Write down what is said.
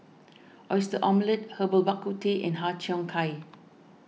Oyster Omelette Herbal Bak Ku Teh and Har Cheong Gai